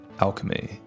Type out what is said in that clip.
alchemy